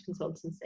consultancy